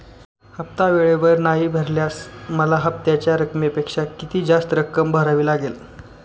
हफ्ता वेळेवर नाही भरल्यावर मला हप्त्याच्या रकमेपेक्षा किती जास्त रक्कम भरावी लागेल?